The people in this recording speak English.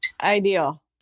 Ideal